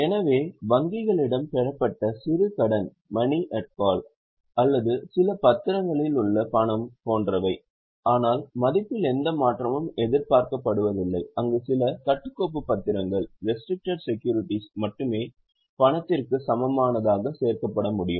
எனவே வங்கிகளிடம் பெறப்பட்ட சிறுகடன் அல்லது சில பத்திரங்களில் உள்ள பணம் போன்றவை ஆனால் மதிப்பில் எந்த மாற்றமும் எதிர்பார்க்கப்படுவதில்லை அங்கு சில கட்டுக்கோப்பு பத்திரங்கள் மட்டுமே பணத்திற்கு சமமானதாக சேர்க்கப்பட முடியும்